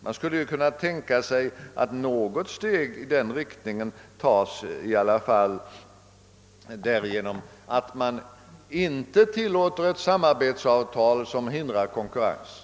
Man skulle väl kunna tänka sig att något steg i rätt riktning ändå kunde tas genom att man inte tillåter ett samarbetsavtal som hindrar konkurrens.